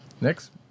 Next